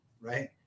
right